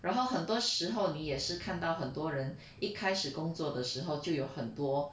然后很多时候你也是看到很多人一开始工作的时候就有很多